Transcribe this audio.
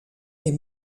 les